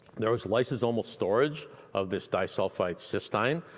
there was lysosomal storage of this disulfide cystine.